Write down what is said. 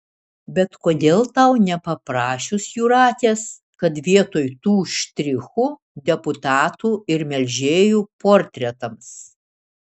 bet kodėl tau nepaprašius jūratės kad vietoj tų štrichų deputatų ir melžėjų portretams